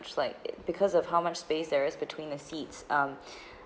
it's like it because of how much space there is between the seats um